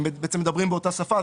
הם בעצם מדברים באותה שפה,